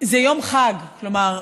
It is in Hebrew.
זה יום חג, כלומר,